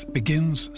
begins